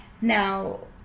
Now